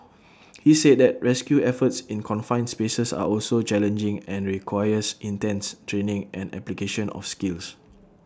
he said that rescue efforts in confined spaces are also challenging and requires intense training and application of skills